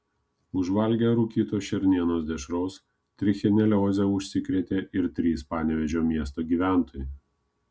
užvalgę rūkytos šernienos dešros trichinelioze užsikrėtė ir trys panevėžio miesto gyventojai